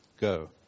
Go